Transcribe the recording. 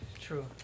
True